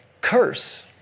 curse